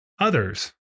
others